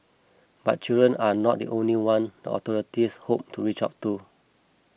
but children are not the only one the authorities hope to reach out to